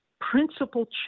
principal